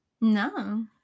No